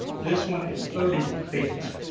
this one is thirty feet.